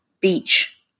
beach